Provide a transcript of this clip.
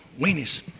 weenies